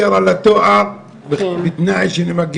השר לשיתוף פעולה אזורי עיסאווי פריג': אני מוכן לוותר על התואר,